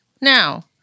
Now